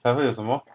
才会有什么